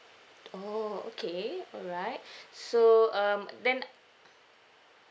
oh okay all right so um then